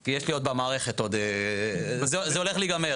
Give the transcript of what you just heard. כי יש לי עוד במערכת עוד וזה הולך להיגמר.